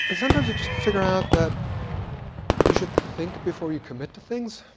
sometimes you just figure out that you should think before you commit to things.